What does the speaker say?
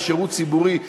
כשירות ציבורי,